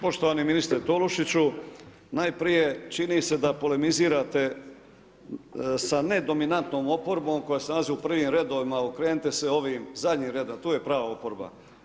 Poštovani ministre Tolušiću, najprije, čini se da polemizirate sa nedominantnom oporbom, koja se nalazi u prvim redovima, okrenite se ovim zadnjim redovima, a tu je prava oporba.